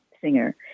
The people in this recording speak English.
Singer